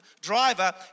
driver